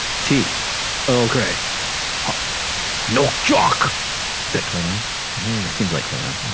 tea oh gray hot no chalk is that klingon it seems likely on